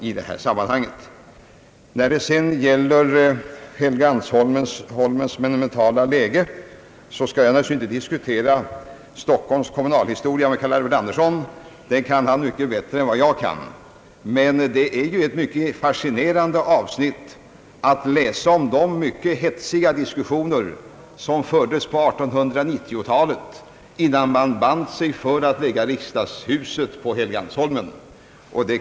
Vad gäller det monumentala läget på Helgeandsholmen skall jag naturligtvis inte diskutera Stockholms kommunalhistoria med herr Carl Albert Anderson, den kan han mycket bättre än jag. Men det är mycket fascinerande att läsa om de mycket hetsiga diskussioner som fördes på 1890-talet, innan man band sig för att lägga riksdagshuset på Helgeandsholmen.